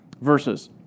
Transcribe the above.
verses